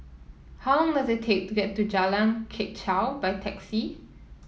how long does it take to get to Jalan Kechil by taxi